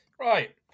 Right